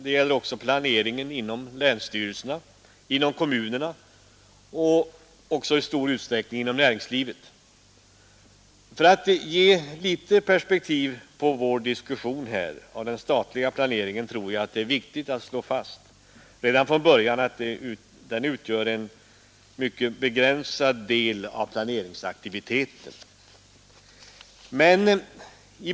Det gäller också planeringen inom länsstyrelserna, inom kommunerna och i stor utsträckning inom näringslivet. För att ge litet perspektiv på vår diskussion om den statliga planeringen är det viktigt att redan från början slå fast att den utgör en mycket begränsad del av planeringsaktiviteten.